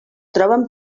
troben